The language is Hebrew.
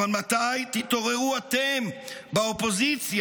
אבל מתי תתעוררו, אתם באופוזיציה?